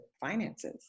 finances